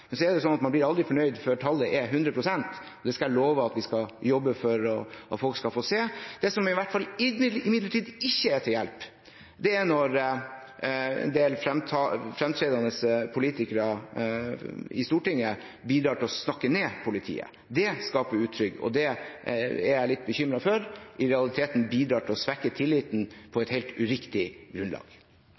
Men man blir aldri fornøyd før tallet er 100 pst. Det skal jeg love at vi skal jobbe for at folk skal få se. Det som i hvert fall imidlertid ikke er til hjelp, er når en del fremtredende politikere i Stortinget bidrar til å snakke ned politiet. Det skaper utrygghet, og jeg er litt bekymret for at det i realiteten bidrar til å svekke tilliten, på et helt uriktig grunnlag.